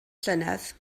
llynedd